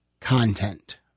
content